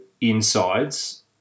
insides